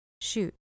shoot